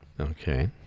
Okay